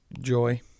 joy